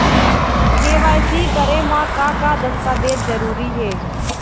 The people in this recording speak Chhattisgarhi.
के.वाई.सी करे म का का दस्तावेज जरूरी हे?